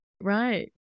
Right